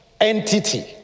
entity